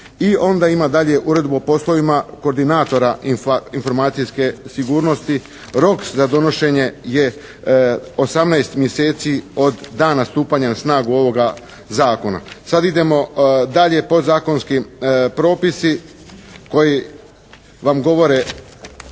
i onda ima dalje uredbu o poslovima koordinatora informacijske sigurnost, rok za donošenje je 18 mjeseci od dana stupanja na snagu ovoga zakona. Sada idemo dalje, podzakonski propisi koji vam govore